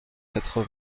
quatre